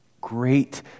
great